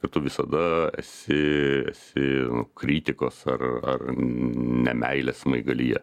ir tu visada esi esi kritikos ar ar nemeilės smaigalyje